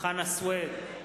חנא סוייד,